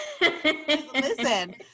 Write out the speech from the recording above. Listen